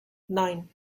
nine